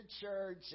church